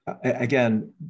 again